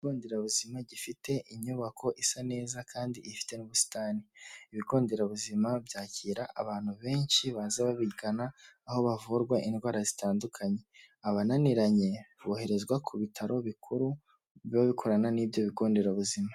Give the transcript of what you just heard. Ikigo nderabuzima gifite inyubako isa neza kandi ifite n'ubusitani. Ibigo nderabuzima byakira abantu benshi baza babigana, aho bavurwa indwara zitandukanye. Abananiranye boherezwa ku bitaro bikuru, biba bikorana n'ibyo bigo nderabuzima.